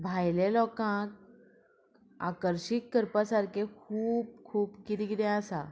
भायले लोकांक आकर्शीक करपा सारकें खूब खूब कितें कितें आसा